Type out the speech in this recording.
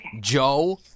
Joe